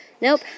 Nope